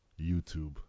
youtube